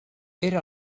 era